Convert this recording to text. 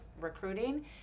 recruiting